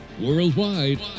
worldwide